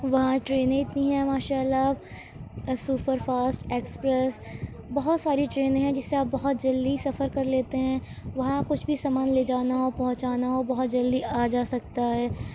وہاں ٹرینیں اتنی ہیں ماشا اللہ اب سپرفاسٹ ایکسپریس بہت ساری ٹرینیں ہیں جس سے آپ بہت جلدی سفر کر لیتے ہیں وہاں کچھ بھی سامان لے جانا ہو پہنچانا ہو بہت جلدی آ جا سکتا ہے